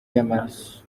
y’amaraso